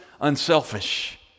unselfish